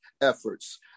efforts